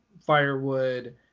firewood